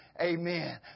Amen